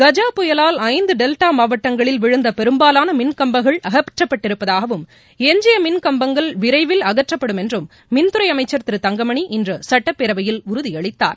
கஜ புயலால் ஐந்து டெல்டா மாவட்டங்களில் டெல்டா மாவட்டங்களில் விழுந்த பெரும்பாலான மின்கம்பங்கள் அகற்றப்பட்டிருப்பதாகவும் எஞ்சிய மின் கம்பங்கள் விரைவில் அகற்றப்படும் என்றும் மின்துறை அமைச்சர் திரு தங்கமணி இன்று சட்டப்பேரவையில் உறுதியளித்தார்